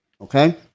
okay